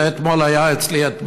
אתמול היה אצלי אחד